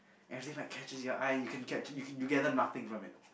everything like captures your eye you can catch you gather nothing from it